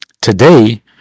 Today